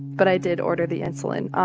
but i did order the insulin.